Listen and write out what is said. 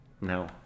No